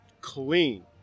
Clean